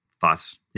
thoughts